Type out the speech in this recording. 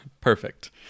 Perfect